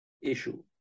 issue